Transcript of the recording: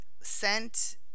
sent